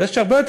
יש הרבה יותר